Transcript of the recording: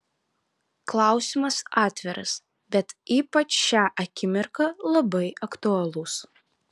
klausimas atviras bet ypač šią akimirką labai aktualus